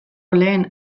lehen